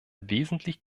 wesentlich